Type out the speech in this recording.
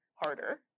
harder